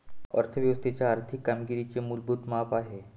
अर्थ व्यवस्थेच्या आर्थिक कामगिरीचे मूलभूत माप आहे